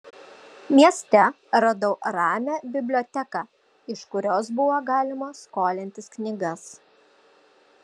mieste radau ramią biblioteką iš kurios buvo galima skolintis knygas